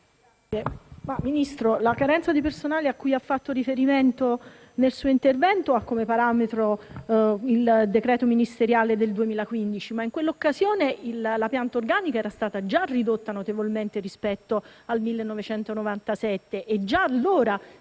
Ministro, la carenza di personale cui ha fatto riferimento nel suo intervento ha come parametro il decreto ministeriale del 6 agosto 2015. Tuttavia, ricordo che in quell'occasione la pianta organica era stata già ridotta notevolmente rispetto al 1997 e, già allora,